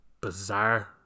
bizarre